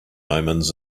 omens